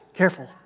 Careful